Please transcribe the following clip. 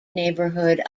neighborhood